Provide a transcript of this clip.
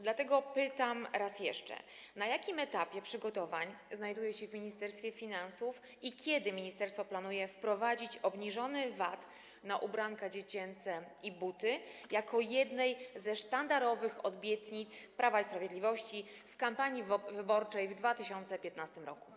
Dlatego pytam raz jeszcze: Na jakim etapie przygotowań znajduje się w Ministerstwie Finansów i kiedy ministerstwo planuje wprowadzić obniżony VAT na ubranka dziecięce i buty jako jedną ze sztandarowych obietnic Prawa i Sprawiedliwości w kampanii wyborczej w 2015 r.